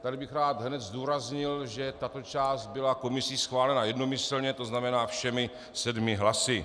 Tady bych rád hned zdůraznil, že tato část byla komisí schválena jednomyslně, to znamená všemi sedmi hlasy.